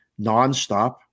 nonstop